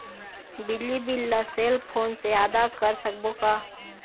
बिजली बिल ला cell phone से आदा कर सकबो का?